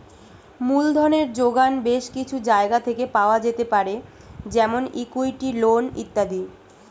মূলধনের জোগান বেশ কিছু জায়গা থেকে পাওয়া যেতে পারে যেমন ইক্যুইটি, লোন ইত্যাদি